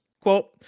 Quote